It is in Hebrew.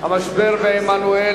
המשבר בעמנואל,